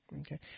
Okay